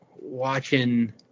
watching